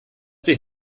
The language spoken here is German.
dich